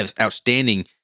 outstanding